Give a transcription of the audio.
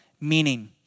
meaning